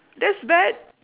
that's bad